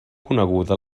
coneguda